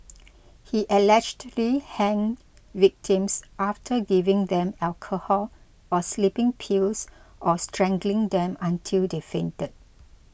he allegedly hanged victims after giving them alcohol or sleeping pills or strangling them until they fainted